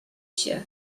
się